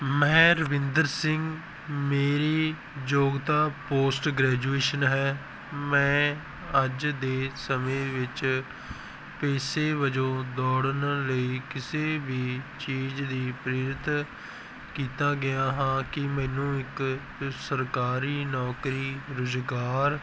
ਮੈਂ ਰਵਿੰਦਰ ਸਿੰਘ ਮੇਰੀ ਯੋਗਤਾ ਪੋਸਟ ਗ੍ਰੈਜੂਏਸ਼ਨ ਹੈ ਮੈਂ ਅੱਜ ਦੇ ਸਮੇਂ ਵਿੱਚ ਪੇਸ਼ੇ ਵਜੋਂ ਦੌੜਨ ਲਈ ਕਿਸੇ ਵੀ ਚੀਜ਼ ਦੀ ਪ੍ਰੀਤ ਕੀਤਾ ਗਿਆ ਹਾਂ ਕਿ ਮੈਨੂੰ ਇੱਕ ਸਰਕਾਰੀ ਨੌਕਰੀ ਰੁਜ਼ਗਾਰ